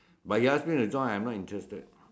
but he ask me to join I'm not interested